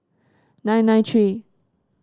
nine nine three